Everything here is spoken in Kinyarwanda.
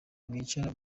mwicara